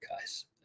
guys